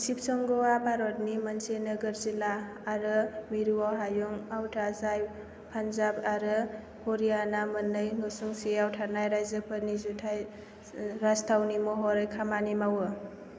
सिपशंगआ भारतनि मोनसे नोगोर जिला आरो मिरुआव हायुं आवथा जाय पान्जाब आरो हारियाना मोननै न'सुंसेयाव थानाय रायजोफोरनि जुथाइ राजथावनि महरै खामानि मावो